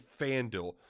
FanDuel